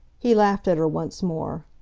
he laughed at her once more.